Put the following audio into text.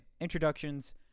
introductions